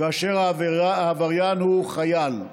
כאשר העבריין הוא חייל.